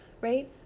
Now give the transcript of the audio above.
right